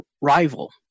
rival